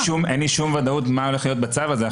אין לי שום ודאות מה הולך להיות אחר כך בצו הזה.